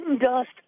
dust